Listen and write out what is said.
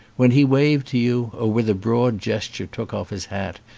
when he waved to you or with a broad gesture took off his hat,